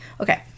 Okay